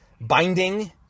binding